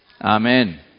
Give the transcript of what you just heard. Amen